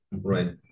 Right